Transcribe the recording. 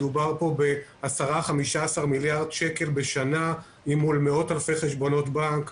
מדובר כאן ב-10-15 מיליארד שקל בשנה עם מאות אלפי חשבונות בנק,